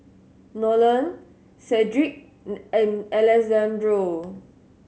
Nolen Cedrick and Alessandro